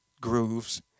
grooves